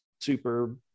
super